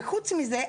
וחוץ מזה,